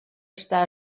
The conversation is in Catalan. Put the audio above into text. estar